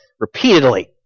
repeatedly